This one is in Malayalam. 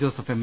Joseph M